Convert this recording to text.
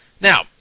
Now